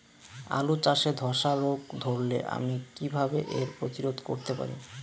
আলু চাষে ধসা রোগ ধরলে আমি কীভাবে এর প্রতিরোধ করতে পারি?